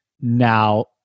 Now—